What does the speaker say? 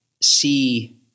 see